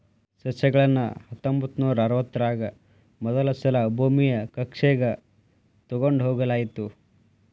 ಸಸ್ಯಗಳನ್ನ ಹತ್ತೊಂಬತ್ತನೂರಾ ಅರವತ್ತರಾಗ ಮೊದಲಸಲಾ ಭೂಮಿಯ ಕಕ್ಷೆಗ ತೊಗೊಂಡ್ ಹೋಗಲಾಯಿತು